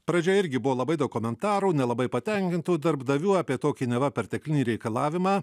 pradžioj irgi buvo labai daug komentarų nelabai patenkintų darbdavių apie tokį neva perteklinį reikalavimą